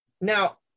now